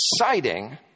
exciting